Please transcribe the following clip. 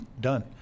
done